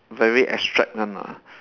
very abstract one ah